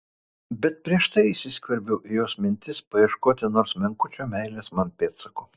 bet prieš tai įsiskverbiau į jos mintis paieškoti nors menkučio meilės man pėdsako